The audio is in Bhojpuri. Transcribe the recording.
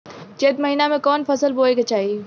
चैत महीना में कवन फशल बोए के चाही?